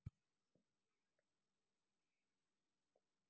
నా ATM PIN మరచిపోయినప్పుడు ఏమి చేయాలి?